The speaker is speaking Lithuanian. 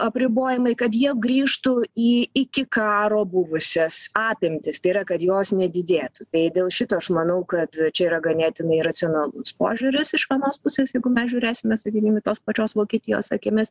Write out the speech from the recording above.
apribojimai kad jie grįžtų į iki karo buvusias apimtis tai yra kad jos nedidėtų tai dėl šito aš manau kad čia yra ganėtinai racionalus požiūris iš vienos pusės jeigu mes žiūrėsime sakykim į tos pačios vokietijos akimis